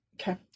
Okay